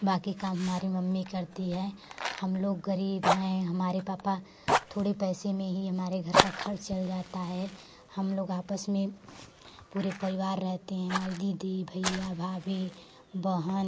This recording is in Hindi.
बाकी काम हमारी मम्मी करती है हम लोग गरीब हैं हमारे पापा थोड़े पैसे में ही हमारे घर का खर्च चल जाता है हम लोग आपस में पूरे परिवार रहते हैं हमारी दीदी भइया भाभी बहन